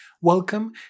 Welcome